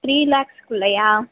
three லேக்ஸ்குள்ளையா